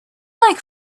like